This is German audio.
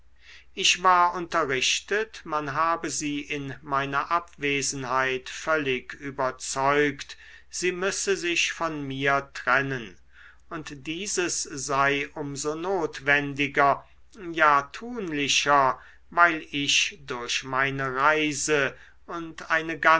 ich war unterrichtet man habe sie in meiner abwesenheit völlig überzeugt sie müsse sich von mir trennen und dieses sei um so notwendiger ja tunlicher weil ich durch meine reise und eine